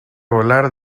volar